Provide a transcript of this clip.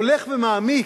הולך ומעמיק,